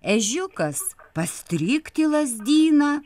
ežiukas pastrykt į lazdyną